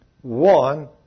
One